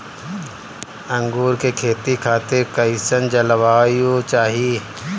अंगूर के खेती खातिर कइसन जलवायु चाही?